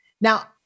Now